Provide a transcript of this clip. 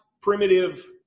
primitive